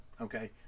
okay